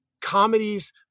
comedies